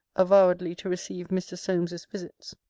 avowedly to receive mr. solmes's visits.